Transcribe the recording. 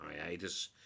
hiatus